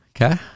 Okay